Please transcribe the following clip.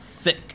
thick